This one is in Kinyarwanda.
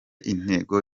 intego